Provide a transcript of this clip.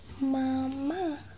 Mama